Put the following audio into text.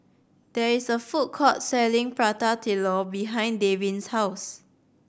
there is a food court selling Prata Telur behind Davin's house